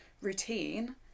routine